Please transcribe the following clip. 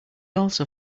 also